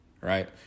right